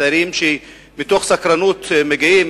צעירים שמתוך סקרנות מגיעים,